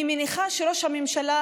אני מניחה שראש הממשלה,